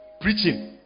preaching